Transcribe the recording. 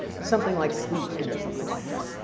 something like sleep ten, or something like that,